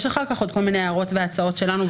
יש עוד כל מיני הערות והצעות שלנו,